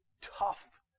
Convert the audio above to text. tough